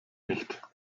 nicht